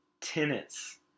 tenets